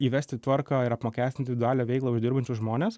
įvesti tvarką ir apmokestinti individulią veiklą uždirbančius žmones